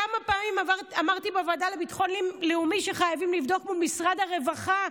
כמה פעמים אמרתי בוועדה לביטחון לאומי שחייבים לבדוק מול משרד הרווחה,